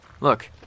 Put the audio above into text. Look